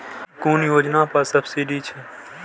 कुन योजना पर सब्सिडी छै?